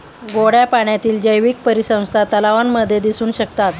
गोड्या पाण्यातील जैवीक परिसंस्था तलावांमध्ये दिसू शकतात